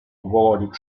gogorik